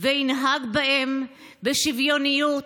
וינהג בהם בשוויוניות,